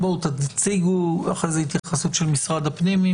אחרי זה תציגו התייחסות של משרד הפנים,